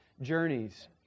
journeys